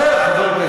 עכשיו אתה אמרת,